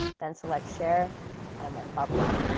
then select share and then bublup.